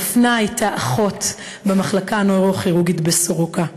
דפנה הייתה אחות במחלקה הנוירוכירורגית בסורוקה,